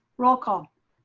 roll call.